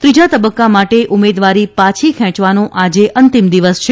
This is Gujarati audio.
ત્રીજા તબક્કા માટે ઉમેદવારી લાછી ખેંયવાનો આજે અંતિમ દિવસ છે